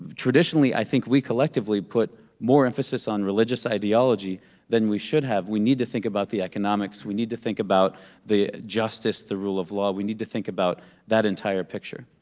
traditionally, i think we collectively put more emphasis on religious ideology than we should have. we need to think about the economics. we need to think about the justice, the rule of law. we need to think about that entire picture.